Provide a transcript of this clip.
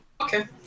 Okay